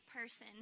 person